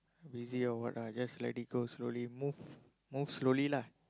busy or what lah just let it go slowly move move slowly lah